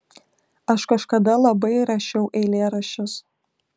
aš kažkada labai rašiau eilėraščius